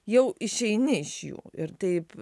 jau išeini iš jų ir taip